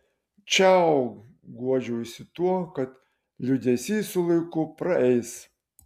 čiau guodžiausi tuo kad liūdesys su laiku praeis